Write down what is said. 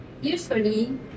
Usually